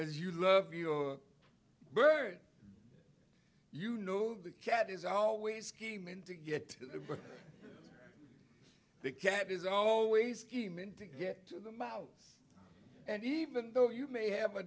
as you love your bird you know the cat is always scheming to get the cat is always scheming to get to the mouse and even though you may have a